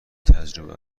تجربه